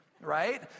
right